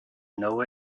know